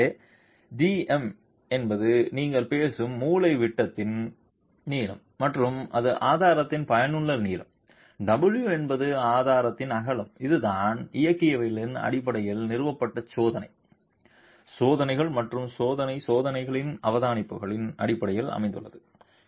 எனவே dm என்பது நீங்கள் பேசும் மூலைவிட்டத்தின் நீளம் மற்றும் அது ஆதாரத்தின் பயனுள்ள நீளம் w என்பது ஆதாரத்தின் அகலம் இதுதான் இயக்கவியலின் அடிப்படையில் நிறுவப்பட்டு சோதனை சோதனைகள் மற்றும் சோதனை சோதனைகளின் அவதானிப்புகளின் அடிப்படையில் அமைந்துள்ளது